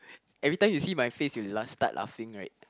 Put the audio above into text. every time you see my face you just start laughing right